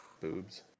boobs